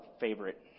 favorite